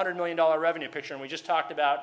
hundred million dollars revenue picture we just talked about